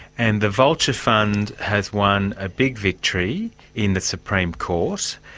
and the vulture fund has won a big victory in the supreme court,